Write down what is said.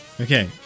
Okay